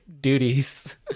duties